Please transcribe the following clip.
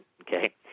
okay